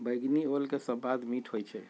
बइगनी ओल के सवाद मीठ होइ छइ